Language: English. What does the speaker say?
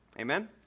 Amen